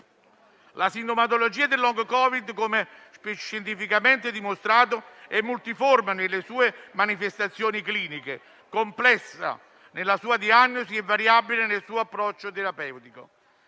La sintomatologia del long Covid - come scientificamente dimostrato - è multiforme nelle sue manifestazioni cliniche, complessa nella sua diagnosi e variabile nel suo approccio terapeutico.